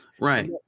Right